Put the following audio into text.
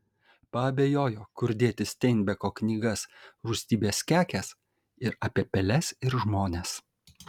paabejojo kur dėti steinbeko knygas rūstybės kekės ir apie peles ir žmones